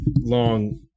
long